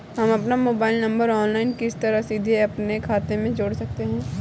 हम अपना mobile number online किस तरह सीधे अपने खाते में जोड़ सकते हैं?